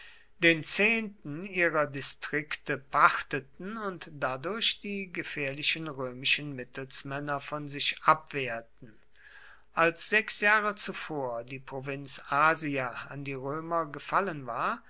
den zehnten ihrer distrikte pachteten und dadurch die gefährlichen römischen mittelsmänner von sich abwehrten als sechs jahre zuvor die provinz asia an die römer gefallen war